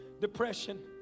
depression